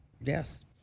yes